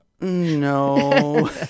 No